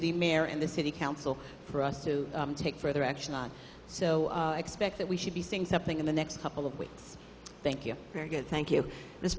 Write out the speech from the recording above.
the mayor and the city council for us to take further action so expect that we should be seeing something in the next couple of weeks thank you very good thank you